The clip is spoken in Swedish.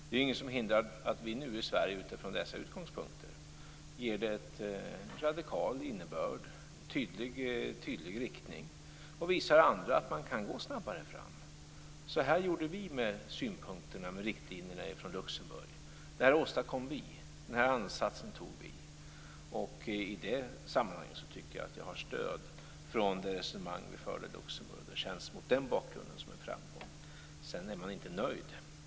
Det är inget som hindrar att vi i Sverige utifrån dessa utgångspunkter nu ger detta en radikal innebörd, en tydlig riktning och visar andra att man kan gå snabbare fram. Så här gjorde vi med riktlinjerna från Luxemburg. Det här åstadkom vi. Den här ansatsen tog vi. I det sammanhanget tycker jag att jag har stöd från det resonemang vi förde i Luxemburg. Mot den bakgrunden känns det som en framgång. Ändå är man inte nöjd.